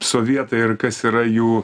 sovietai ir kas yra jų